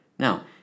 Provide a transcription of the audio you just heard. Now